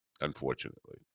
unfortunately